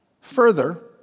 Further